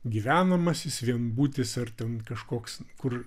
gyvenamasis vienbutis ar ten kažkoks kur